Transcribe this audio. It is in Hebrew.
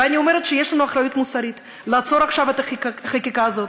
ואני אומרת שיש לנו אחריות מוסרית לעצור עכשיו את החקיקה הזאת,